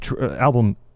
album